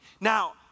Now